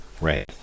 Right